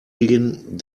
gehen